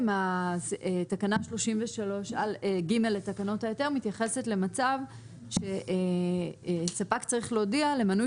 תקנה 33(ג) לתקנות ההיתר מתייחסת למצב שספק צריך להודיע למנוי